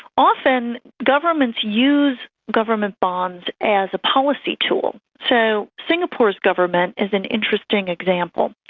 often governments use government bonds as a policy tool. so singapore's government is an interesting example.